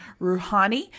Rouhani